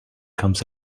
comes